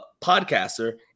podcaster